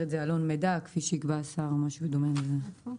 את זה "עלון מידע כפי שיקבע השר" או משהו דומה לזה.